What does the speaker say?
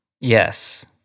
Yes